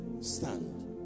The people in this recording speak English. Stand